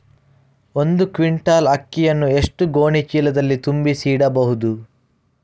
ಒಂದು ಕ್ವಿಂಟಾಲ್ ಅಕ್ಕಿಯನ್ನು ಎಷ್ಟು ಗೋಣಿಚೀಲದಲ್ಲಿ ತುಂಬಿಸಿ ಇಡಬಹುದು?